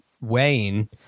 weighing